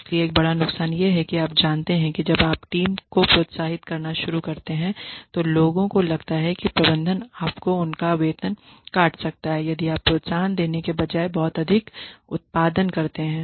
इसलिए एक बड़ा नुकसान यह है कि आप जानते हैं कि जब आप टीम को प्रोत्साहित करना शुरू करते हैं तो लोगों को लगता है कि प्रबंधन आपको उनका वेतन काट सकता है यदि आप प्रोत्साहन देने के बजाय बहुत अधिक उत्पादन करते हैं